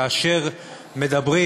כאשר מדברים